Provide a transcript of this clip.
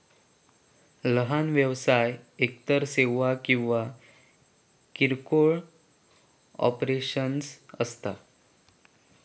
लहान व्यवसाय एकतर सेवा किंवा किरकोळ ऑपरेशन्स असता